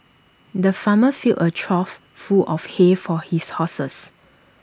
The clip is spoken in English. the farmer filled A trough full of hay for his horses